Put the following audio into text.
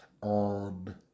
on